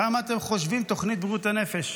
כמה אתם חושבים שתוכנית בריאות הנפש?